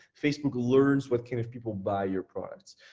facebook learns what kind of people buy your products,